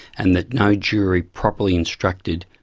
and that no jury properly instructed,